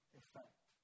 effect